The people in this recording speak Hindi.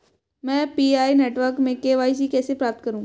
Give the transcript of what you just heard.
मैं पी.आई नेटवर्क में के.वाई.सी कैसे प्राप्त करूँ?